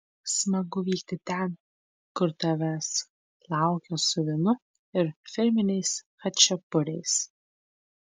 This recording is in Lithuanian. smagu vykti ten kur tavęs laukia su vynu ir firminiais chačiapuriais